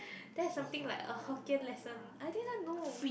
there's something like a Hokkien lesson I didn't know